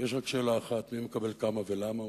יש עוד שאלה אחת: מי מקבל כמה ולמה,